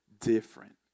Different